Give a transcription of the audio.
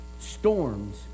Storms